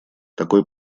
такой